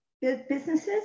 businesses